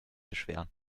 beschweren